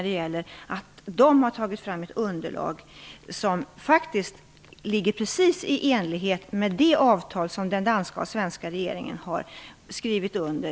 De har ju tagit fram ett underlag som faktiskt är i enlighet med det avtal som den danska och den svenska regeringen har skrivit under.